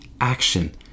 action